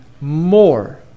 more